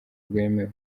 rwemewe